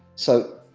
so,